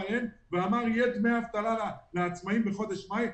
ואמר: יהיו דמי אבטלה לעצמאים בחודש מאי.